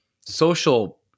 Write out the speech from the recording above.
social